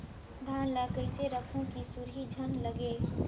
धान ल कइसे रखव कि सुरही झन लगे?